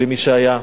למי שהיה,